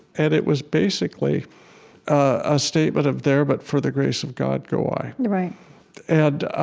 and it was basically a statement of there but for the grace of god go i. right and